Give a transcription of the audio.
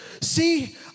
See